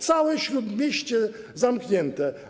Całe Śródmieście zamknięte.